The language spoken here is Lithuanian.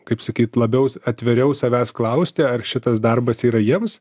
kaip sakyt labiau atviriau savęs klausti ar šitas darbas yra jiems